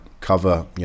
cover